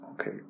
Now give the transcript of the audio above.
Okay